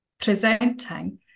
presenting